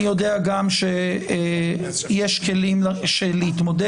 אני יודע שיש כלים להתמודד.